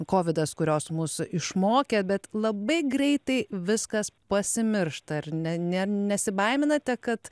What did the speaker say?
kovidas kurios mus išmokė bet labai greitai viskas pasimiršta ar ne ne nesibaiminate kad